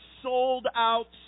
sold-out